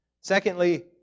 Secondly